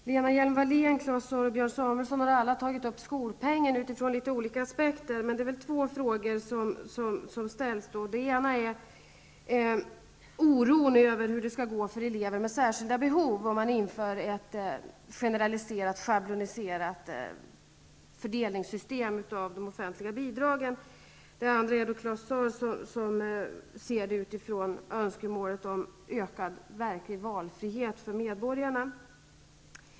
Herr talman! Lena Hjelm-Wallén, Claus Zaar och Björn Samuelson har alla tagit upp skolpengen men från olika aspekter. Det är två frågor som ställs. Den ena gäller oron för hur det skall gå för elever med särskilda behov om man inför ett generaliserat schabloniserat fördelningssystem av de offentliga bidragen. Den andra ställs av Claus Zaar, som ser det utifrån önskemålet om ökad verklig valfrihet för medborgarna.